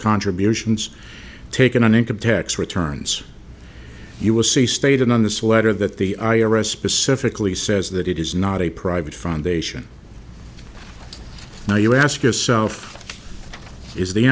contributions taken on income tax returns you will see stated on this letter that the i r s specifically says that it is not a private foundation now you ask yourself is the